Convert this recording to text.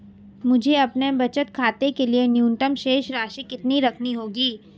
मुझे अपने बचत खाते के लिए न्यूनतम शेष राशि कितनी रखनी होगी?